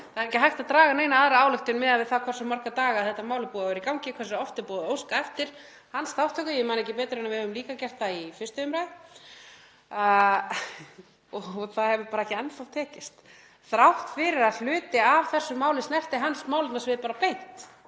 Það er ekki hægt að draga neina aðra ályktun miðað við það hversu marga daga þetta mál er búið að vera í gangi, hversu oft er búið að óska eftir hans þátttöku og ég man ekki betur en við höfum líka gert það í 1. umr. Það hefur bara ekki enn þá tekist þrátt fyrir að hluti af þessu máli snerti hans málefnasvið beint.